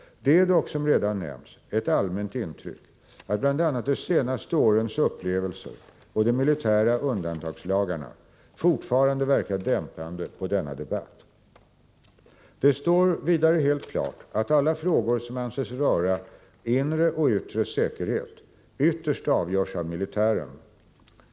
Det är dock, som redan nämnts, ett allmänt intryck att bl.a. de senaste årens upplevelser och de militära undantagslagarna fortfarande verkar dämpande på denna debatt. Det står vidare helt klart att alla frågor som anses röra ”inre och yttre säkerhet” ytterst avgörs av militären.